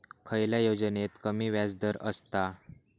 खयल्या योजनेत कमी व्याजदर असता?